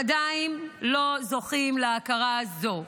עדיין לא זוכים להכרה זו.